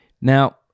Now